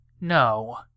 No